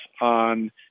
on